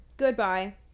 goodbye